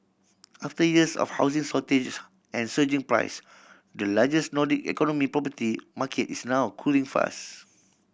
after years of housing shortages and surging price the largest Nordic economy property market is now cooling fast